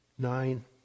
Nine